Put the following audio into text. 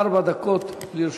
ארבע דקות לרשותך.